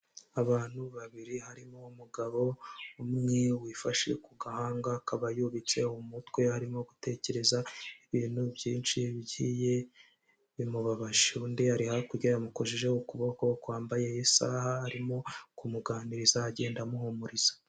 Abantu babiri harimo umugabo umwe wifashe ku gahanga akaba yubitse umutwe arimo gutekereza ibintu byinshi bigiye bimubabaje, undi ari hakurya yamukojeho ukuboko kwambaye isaha arimo kumuganiriza agenda amuhumuriza.